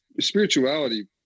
spirituality